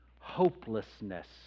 hopelessness